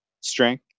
strength